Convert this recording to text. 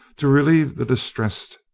to relieve the distressed,